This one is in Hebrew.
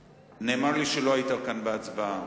נאמר לי שלא היית כאן בהצבעה.